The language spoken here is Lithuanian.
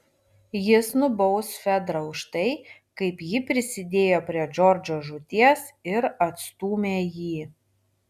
jis nubaus fedrą už tai kaip ji prisidėjo prie džordžo žūties ir atstūmė jį